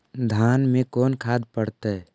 धान मे कोन खाद पड़तै?